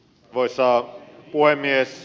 arvoisa puhemies